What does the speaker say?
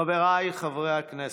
חבריי חברי הכנסת,